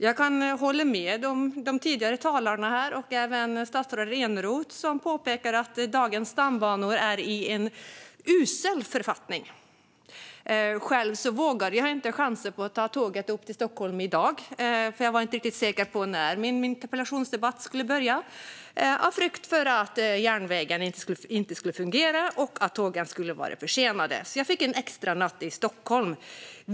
Jag kan hålla med de tidigare talarna här, och även statsrådet Eneroth, som påpekar att dagens stambanor är i ett uselt skick. Själv vågade jag inte chansa på att ta tåget upp till Stockholm i dag - jag var inte riktigt säker på när min interpellationsdebatt skulle börja - av rädsla för att järnvägen inte skulle fungera och att tågen skulle vara försenade. Jag fick en extranatt i Stockholm.